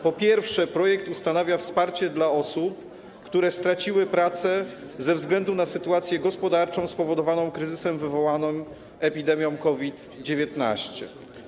Po pierwsze, projekt ustanawia wsparcie dla osób, które straciły pracę ze względu na sytuację gospodarczą spowodowaną kryzysem wywołanym epidemią COVID-19.